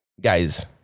guys